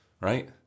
Right